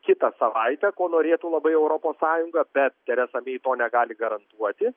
kitą savaitę ko norėtų labai europos sąjunga bet teresa mei to negali garantuoti